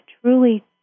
truly